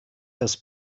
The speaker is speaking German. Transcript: das